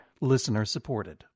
listener-supported